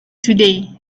today